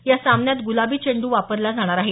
या सामन्यात गुलाबी चेंड्र वापरला जाणार आहे